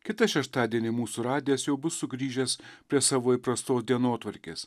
kitą šeštadienį mūsų radijas jau bus sugrįžęs prie savo įprastos dienotvarkės